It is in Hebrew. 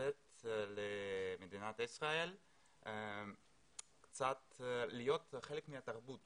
לתת למדינת ישראל להיות חלק מהתרבות